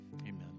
Amen